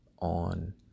on